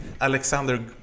Alexander